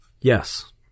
yes